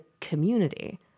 community